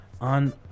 on